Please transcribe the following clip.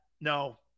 no